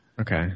Okay